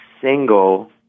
single